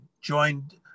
joined